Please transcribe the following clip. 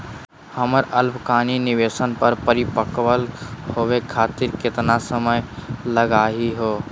हमर अल्पकालिक निवेस क परिपक्व होवे खातिर केतना समय लगही हो?